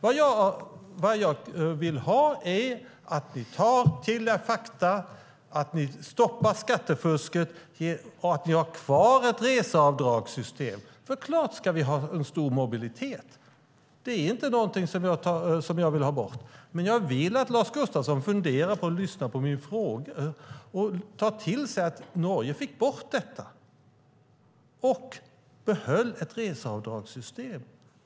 Vad jag vill är att ni tar till er fakta, stoppar skattefusket och har kvar ett reseavdragssystem. Vi ska självklart ha en stor mobilitet. Det är inte någonting som jag vill ha bort. Men jag vill att Lars Gustafsson funderar och lyssnar på min fråga. Norge fick bort fusket och behöll ett reseavdragssystem.